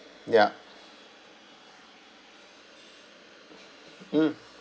yup mm